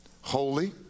holy